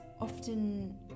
often